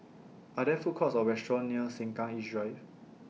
Are There Food Courts Or restaurants near Sengkang East Drive